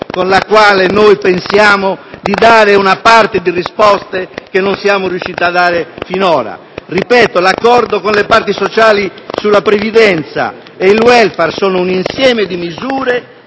con la quale noi pensiamo di dare una parte delle risposte che non siamo riusciti a dare finora. Ripeto, l'accordo con le parti sociali sulla previdenza e il *welfare* è un insieme di misure